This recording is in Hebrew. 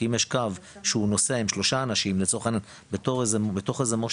כי אם יש קו שהוא נוסע עם שלושה אנשים לצורך העניין בתוך איזה מושב,